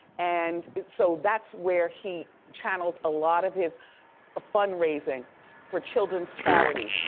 and so that's where he channels a lot of his fundraising for children's charities.